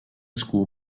school